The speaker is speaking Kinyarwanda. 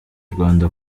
rwanda